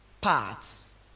parts